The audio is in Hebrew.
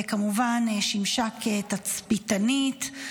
וכמובן, שימשה כתצפיתנית.